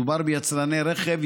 מדובר ביצרני רכב,